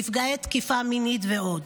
נפגעי תקיפה מינית ועוד.